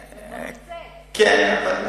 כן.